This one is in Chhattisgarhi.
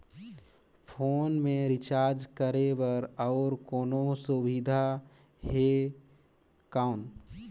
फोन मे रिचार्ज करे बर और कोनो सुविधा है कौन?